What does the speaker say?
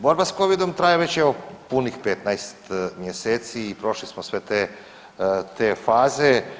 Borba sa covidom traje već evo punih 15 mjeseci i prošli smo sve te faze.